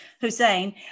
Hussein